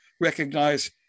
recognize